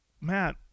Matt